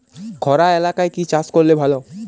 খরা এলাকায় কি চাষ করলে ভালো?